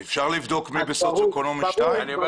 אפשר לבדוק מי בסוציו אקונומי שתיים.